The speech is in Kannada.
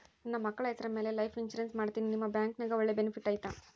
ನನ್ನ ಮಕ್ಕಳ ಹೆಸರ ಮ್ಯಾಲೆ ಲೈಫ್ ಇನ್ಸೂರೆನ್ಸ್ ಮಾಡತೇನಿ ನಿಮ್ಮ ಬ್ಯಾಂಕಿನ್ಯಾಗ ಒಳ್ಳೆ ಬೆನಿಫಿಟ್ ಐತಾ?